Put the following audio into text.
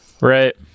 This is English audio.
Right